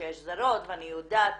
שיש זרות ואני יודעת,